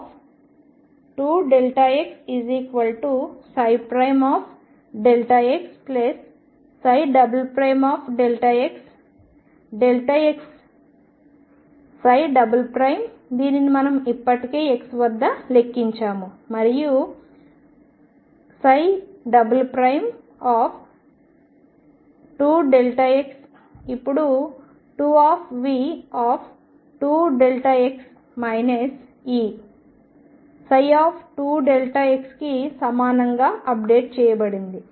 2Δxxxx దీనిని మనం ఇప్పటికే x వద్ద లెక్కించాము మరియు 2xఇప్పుడు 2V2Δx Eψ కి సమానంగా అప్డేట్ చేయబడినది